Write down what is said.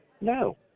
No